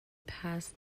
pas